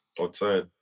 outside